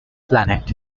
planet